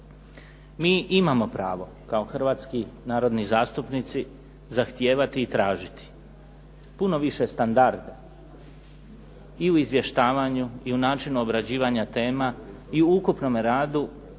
Mi imamo pravo kao hrvatski narodni zastupnici zahtijevati i tražiti puno više standarda i u izvještavanju i u načinu obrađivanja tema i u ukupnome radu